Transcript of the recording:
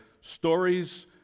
stories